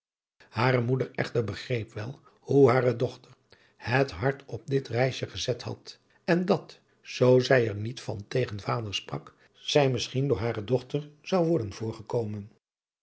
hare moeder echter begreep wel hoe hare dochter het hart op dit reisje gezet had en dat zoo zij er niet van tegen vader sprak zij misschien door hare dochter zou worden